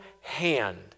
hand